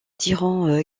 tirant